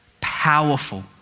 Powerful